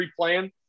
replaying